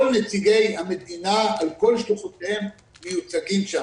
כל נציגי המדינה על כל שלוחותיהם מיוצגים שם.